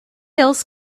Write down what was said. else